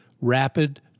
rapid